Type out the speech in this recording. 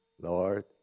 Lord